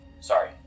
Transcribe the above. Sorry